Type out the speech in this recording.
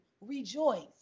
rejoice